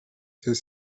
c’est